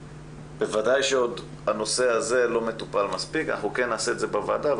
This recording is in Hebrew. בוודאי שהנושא הזה לא מטופל מספיק ואנחנו נטפל בו בוועדה.